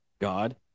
God